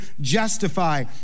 justify